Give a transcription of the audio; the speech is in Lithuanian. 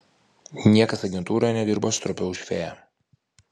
niekas agentūroje nedirbo stropiau už fėją